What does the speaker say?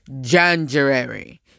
January